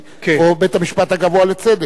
או בית-המשפט הגבוה לצדק.